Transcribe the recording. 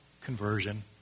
conversion